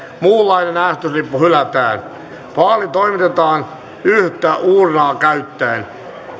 muunlainen äänestyslippu hylätään vaali toimitetaan yhtä uurnaa käyttäen